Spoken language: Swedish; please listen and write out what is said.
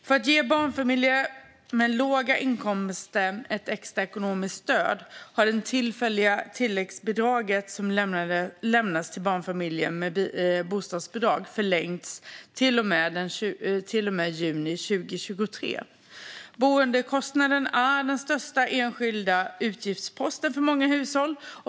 För att ge barnfamiljer med låga inkomster ett extra ekonomiskt stöd har det tillfälliga tilläggsbidraget som lämnas till barnfamiljer med bostadsbidrag förlängts till och med juni 2023. Boendekostnaden är den största enskilda utgiftsposten för många hushåll.